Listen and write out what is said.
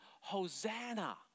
Hosanna